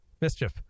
mischief